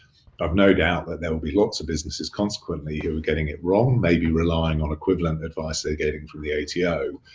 i've no doubt that there will be lots of businesses consequently, who are getting it wrong and may be relying on equivalent advice they're getting from the ato.